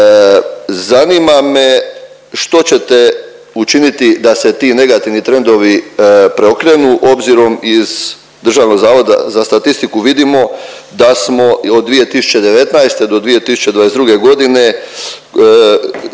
Zanima me što ćete učiniti da se ti negativni trendovi preokrenu obzirom iz Državnog zavoda za statistiku vidimo da smo od 2019. do 2022. godine